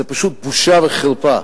זו פשוט בושה וחרפה,